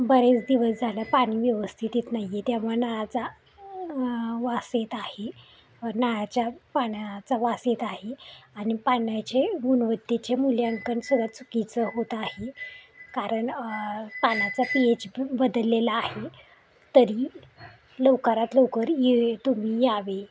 बरेच दिवस झालं पाणी व्यवस्थित येत नाही आहे त्यामुळे नाळाचा वास येत आहे नाळाच्या पाण्याचा वास येत आहे आणि पाण्याचे गुणवत्तेचे मुल्यांकन सुद्धा चुकीचं होत आहे कारण पाण्याचा पी एच बदललेला आहे तरी लवकरात लवकर ये तुम्ही यावे